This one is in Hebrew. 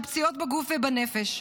של פציעות בגוף ובנפש.